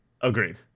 Agreed